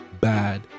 bad